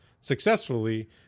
successfully